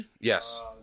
Yes